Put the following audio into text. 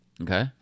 Okay